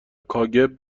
کاگب